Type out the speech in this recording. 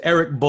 Eric